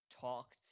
talked